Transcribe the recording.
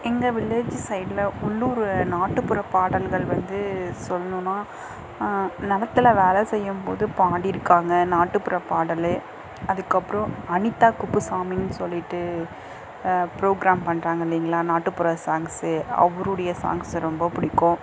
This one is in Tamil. எங்கள் வில்லேஜு சைடுல உள்ளூர் நாட்டுப்புற பாடல்கள் வந்து சொல்லணுன்னா நிலத்துல வேலை செய்யும் போது பாடிருக்காங்க நாட்டுப்புற பாடல் அதுக்கப்புறோம் அனிதா குப்புசாமின்னு சொல்லிகிட்டு ப்ரோக்ராம் பண்ணுறாங்க இல்லைங்களா நாட்டுப்புற சாங்ஸ்ஸு அவருடைய சாங்ஸ்ஸு ரொம்ப பிடிக்கும்